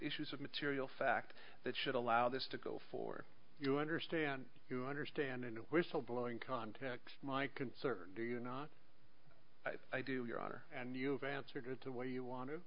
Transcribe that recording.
issues of material fact that should allow this to go for you understand you understand in a whistleblowing context my concern do you not i do your honor and you've answered it the way you want